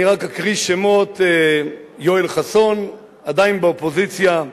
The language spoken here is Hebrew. אני רק אקריא שמות: יואל חסון, עדיין באופוזיציה,